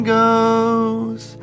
goes